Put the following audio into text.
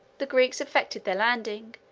the greeks effected their landing,